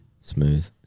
Smooth